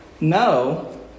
no